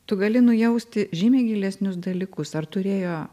tu gali nujausti žymiai gilesnius dalykus ar turėjo